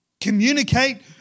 communicate